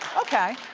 okay.